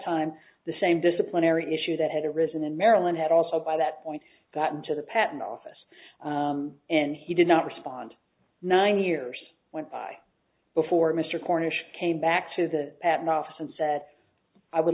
time the same disciplinary issue that had arisen in maryland had also by that point gotten to the patent office and he did not respond nine years went by before mr cornish came back to the patent office and said i would